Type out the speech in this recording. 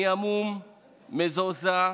אני המום, מזועזע,